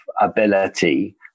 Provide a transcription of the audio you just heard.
ability